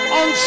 on